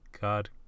God